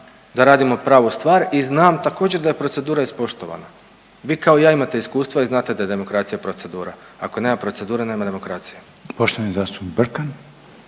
da radimo pravu stvar i znam također da je procedura ispoštovana. Vi kao i ja imate iskustava i znate da je demokracija procedura, ako nema procedure nema demokracije.